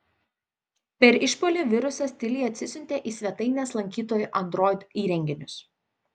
per išpuolį virusas tyliai atsisiuntė į svetainės lankytojų android įrenginius